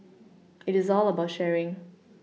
it is all about sharing